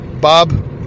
Bob